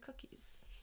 cookies